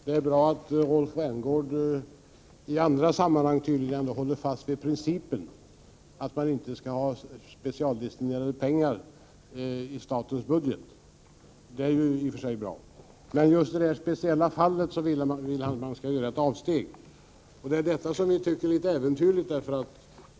Herr talman! Det är bra att Rolf Rämgård står fast vid principen att man inte skall ha specialdestinerade pengar i statens budget. Men just i detta speciella fall vill han att man skall göra ett avsteg. Det är detta som vi tycker är litet äventyrligt.